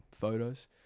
photos